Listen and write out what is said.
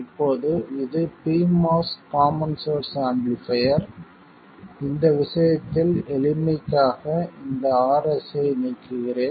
இப்போது இது pMOS common source amplifier இந்த விஷயத்தில் எளிமைக்காக இந்த Rs ஐ நீக்குகிறேன்